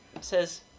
says